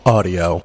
Audio